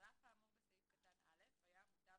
מחקנו את "על אף הוראות סעיף 16" מאחר